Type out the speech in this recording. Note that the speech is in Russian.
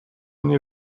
мне